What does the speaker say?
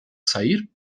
sair